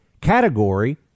category